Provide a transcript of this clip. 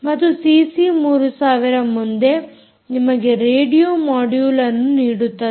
ಮತ್ತು ಸಿಸಿ3000 ಮುಂದೆ ನಿಮಗೆ ರೇಡಿಯೊ ಮೊಡ್ಯುಲ್ ಅನ್ನು ನೀಡುತ್ತದೆ